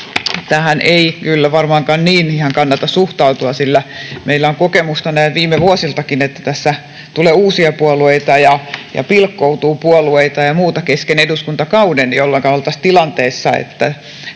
Tähän ei kyllä varmaankaan ihan niin kannata suhtautua, sillä meillä on kokemusta näin viime vuosiltakin, että tässä tulee uusia puolueita ja pilkkoutuu puolueita ja muuta kesken eduskuntakauden, jolloinka oltaisiin tilanteessa, että